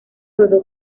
rodó